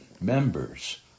members